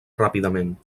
ràpidament